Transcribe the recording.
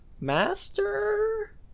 master